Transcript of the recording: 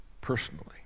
personally